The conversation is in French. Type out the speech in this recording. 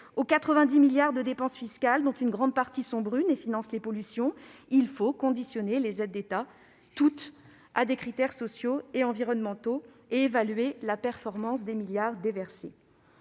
aux 90 milliards d'euros de dépenses fiscales, pour une grande partie « brunes » et finançant les pollutions. Il faut conditionner toutes les aides d'État à des critères sociaux et environnementaux et évaluer la performance des milliards d'euros